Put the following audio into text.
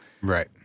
Right